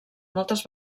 moltes